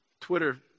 Twitter